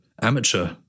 amateur